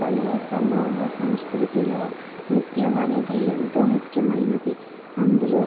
మా పల్లె సమూహ సంస్కృతిలో నృత్యం అనేది ఎంతో ముఖ్యమైనది అందులో